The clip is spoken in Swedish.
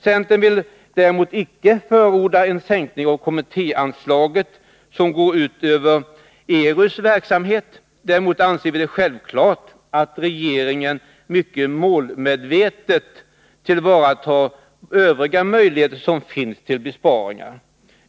Centern vill emellertid inte förorda en sänkning av kommittéanslaget som går ut över ERU:s verksamhet. Däremot anser vi det självklart att regeringen mycket målmedvetet skall tillvarata övriga möjligheter till besparingar.